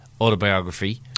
autobiography